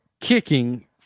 kicking